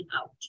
out